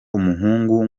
umuhungu